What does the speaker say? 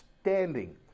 Standing